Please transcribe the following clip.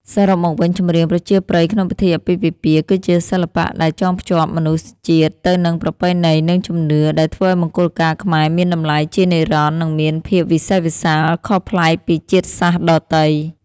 សរុបមកវិញ ចម្រៀងប្រជាប្រិយក្នុងពិធីអាពាហ៍ពិពាហ៍ គឺជាសិល្បៈដែលចងភ្ជាប់មនុស្សជាតិទៅនឹងប្រពៃណី និងជំនឿ ដែលធ្វើឱ្យមង្គលការខ្មែរមានតម្លៃជានិរន្តរ៍ និងមានភាពវិសេសវិសាលខុសប្លែកពីជាតិសាសន៍ដទៃ។